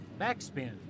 backspin